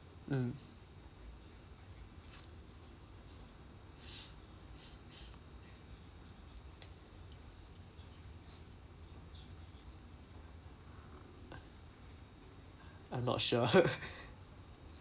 mm I'm not sure